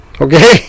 Okay